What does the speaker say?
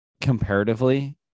comparatively